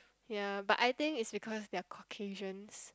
ya but I think it's because they're Caucasians